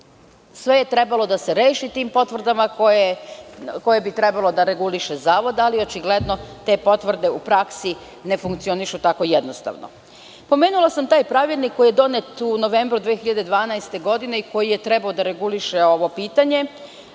Sve je trebalo da se reši tim potvrdama koje bi trebalo da reguliše zavod, ali očigledno te potvrde u praksi ne funkcionišu tako jednostavno. Pomenula sam taj pravilnik koji je donet u novembru 2012. godine i koji je trebalo da reguliše ovo pitanje,